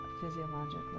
physiologically